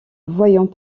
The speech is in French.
voyions